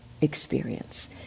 experience